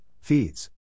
Feeds